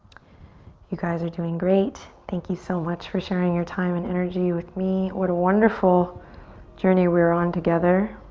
you guys are doing great thank you so much for sharing your time and energy with me what a wonderful journey we were on together